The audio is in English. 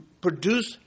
produce